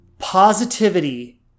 Positivity